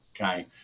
Okay